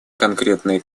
конкретные